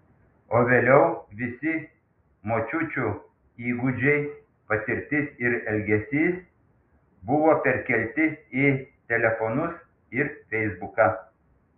o vėliau visi močiučių įgūdžiai patirtis ir elgesys buvo perkelti į telefonus ir feisbuką